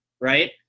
right